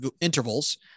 intervals